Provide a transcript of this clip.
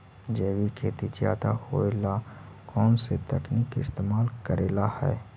जैविक खेती ज्यादा होये ला कौन से तकनीक के इस्तेमाल करेला हई?